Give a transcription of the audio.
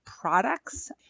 products